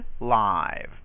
live